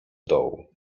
dołu